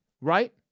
right